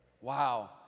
Wow